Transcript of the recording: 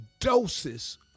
doses